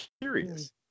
curious